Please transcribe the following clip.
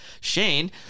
Shane